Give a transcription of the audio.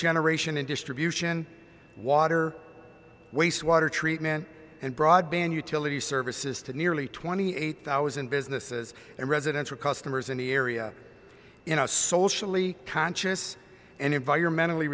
generation and distribution water wastewater treatment and broadband utility services to nearly twenty eight thousand businesses and residential customers in the area in a socially conscious and environmentally